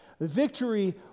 victory